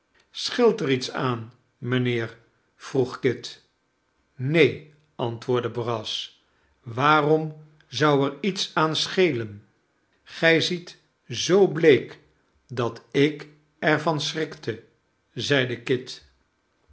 er iets aan mijnheer vroeg kit neen antwoordde brass waarom zou er iets aan schelen gij ziet zoo bleek dat ik er van schrikte zeide kit